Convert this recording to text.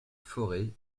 fauré